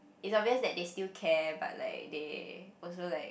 it's obvious that they still care but like they also like